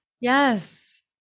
yes